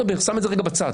שם את זה רגע בצד.